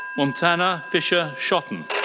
montana fisher-shotton.